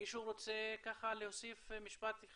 מישהו רוצה להוסיף משפט?